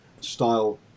style